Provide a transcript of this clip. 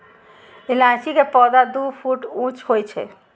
इलायची के पौधा दू फुट ऊंच होइ छै